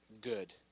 good